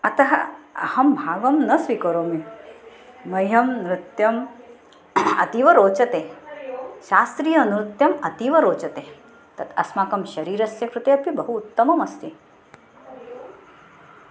अतः अहं भागं न स्वीकरोमि मह्यं नृत्यम् अतीव रोचते शास्त्रीयनृत्यम् अतीव रोचते तत् अस्माकं शरीरस्य कृते अपि बहु उत्तममस्ति